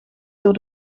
door